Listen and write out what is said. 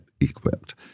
equipped